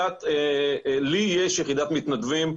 לי יש יחידת מתנדבים,